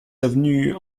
avenue